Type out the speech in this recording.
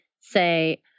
say